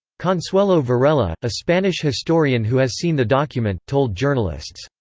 consuelo varela, a spanish historian who has seen the document, told journalists.